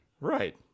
Right